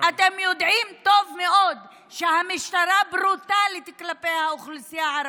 אתם יודעים טוב מאוד שהמשטרה ברוטלית כלפי האוכלוסייה הערבית,